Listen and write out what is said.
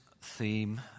theme